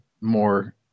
more